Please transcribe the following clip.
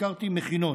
הזכרתי מכינות,